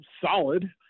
solid